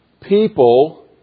people